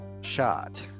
shot